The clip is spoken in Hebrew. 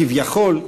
כביכול,